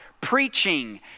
preaching